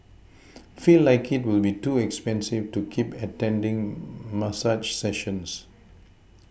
feel like it will be too expensive to keep attending massage sessions